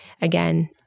again